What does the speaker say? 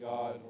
God